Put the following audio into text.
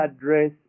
address